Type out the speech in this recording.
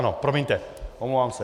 Ano, promiňte, omlouvám se.